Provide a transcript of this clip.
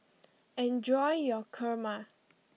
enjoy your Kurma